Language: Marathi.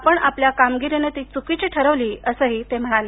आपण आपल्या कामगिरीनं ती चुकीची ठरवली असं ते म्हणाले